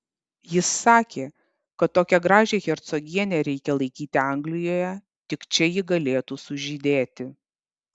jis sakė kad tokią gražią hercogienę reikia laikyti anglijoje tik čia ji galėtų sužydėti